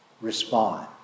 respond